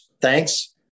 thanks